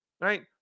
right